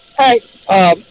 Hey